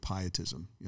pietism